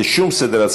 לשום הצעה לסדר.